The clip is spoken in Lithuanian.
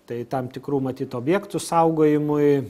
tai tam tikrų matyt objektų saugojimui